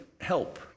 help